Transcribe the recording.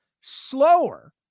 slower